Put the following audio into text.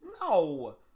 No